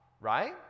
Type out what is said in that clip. right